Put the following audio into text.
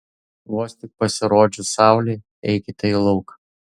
vos tik pasirodžius saulei eikite į lauką